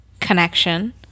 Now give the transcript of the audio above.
connection